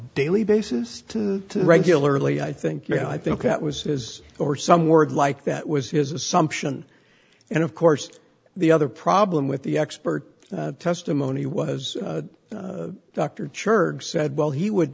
daily basis to regularly i think yeah i think that was is or some word like that was his assumption and of course the other problem with the expert testimony was dr chirk said well he would